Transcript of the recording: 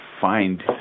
find